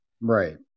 Right